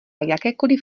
jakékoliv